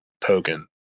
token